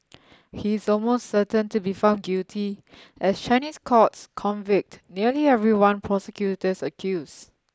he is almost certain to be found guilty as Chinese courts convict nearly everyone prosecutors accuse